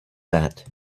that